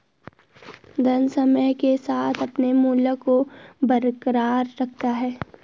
धन समय के साथ अपने मूल्य को बरकरार रखता है